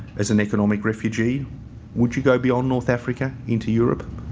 as an economic refugee would you go beyond north africa into europe?